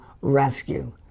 rescue